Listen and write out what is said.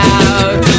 out